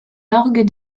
orgues